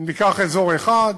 אם ניקח אזור אחד,